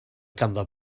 ganddo